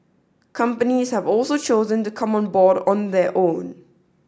companies have also chosen to come on board on their own